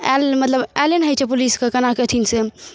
आयल मतलब आयले नहि होइ छै पुलिसके केना की औथिन से